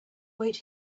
wait